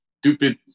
stupid